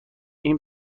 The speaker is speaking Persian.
این